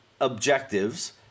objectives